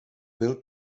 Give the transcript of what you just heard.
byl